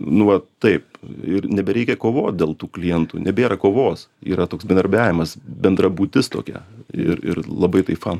nu va taip ir nebereikia kovot dėl tų klientų nebėra kovos yra toks bendarbiavimas bendra būtis tokia ir ir labai taip fan